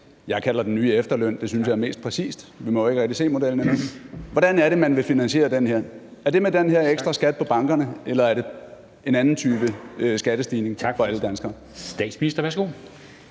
jeg kalder den nye efterløn, for det syntes jeg er mest præcist, men vi må jo ikke rigtig se modellen endnu. Er det med den her ekstra skat på bankerne, eller er det en anden type skattestigning for alle danskere?